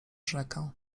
rzekę